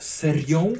serią